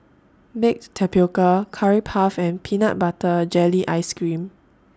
Baked Tapioca Curry Puff and Peanut Butter Jelly Ice Cream